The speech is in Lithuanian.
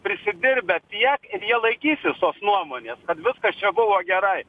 prisidirbę tiek ir jie laikysis tos nuomonės kad viskas čia buvo gerai